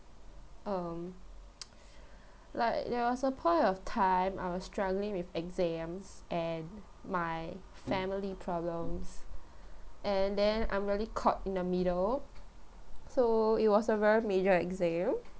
um (pp;) like there was a point of time I was struggling with exams and my family problems and then I'm really caught in the middle so it was a very major exam